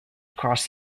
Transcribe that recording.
across